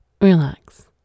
relax